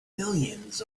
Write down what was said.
millions